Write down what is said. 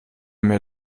mehr